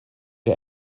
der